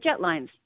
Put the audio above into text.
Jetlines